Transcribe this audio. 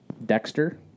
Dexter